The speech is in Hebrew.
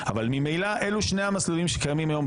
אבל כרגע אני כאן.